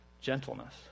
gentleness